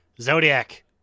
Zodiac